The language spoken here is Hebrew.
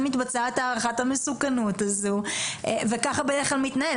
מתבצעת הערכת המסוכנות הזו וככה בדרך זה מתנהל,